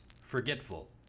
forgetful